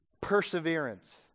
perseverance